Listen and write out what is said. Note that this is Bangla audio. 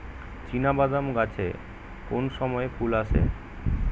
চিনাবাদাম গাছে কোন সময়ে ফুল আসে?